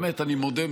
באמת אני מודה,